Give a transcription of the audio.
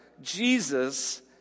Jesus